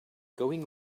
going